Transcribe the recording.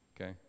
Okay